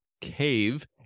cave